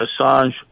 Assange